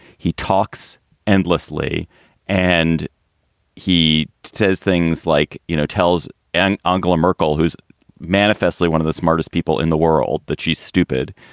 he talks endlessly and he says things like, you know, tels and angela merkel, who's manifestly one of the smartest people in the world, that she's stupid.